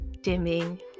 dimming